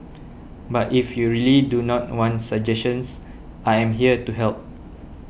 but if you really do not want suggestions I am here to help